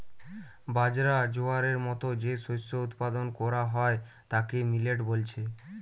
বাজরা, জোয়ারের মতো যে শস্য উৎপাদন কোরা হয় তাকে মিলেট বলছে